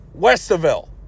Westerville